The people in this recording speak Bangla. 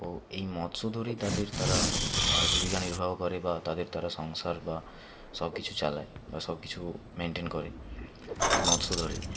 ও এই মৎস্য ধরেই তাদের তারা জীবিকা নির্বাহ করে বা তাদের তারা সংসার বা সব কিছু চালায় বা সব কিছু মেন্টেন করে এই মৎস্য ধরেই